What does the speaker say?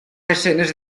escenes